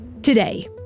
Today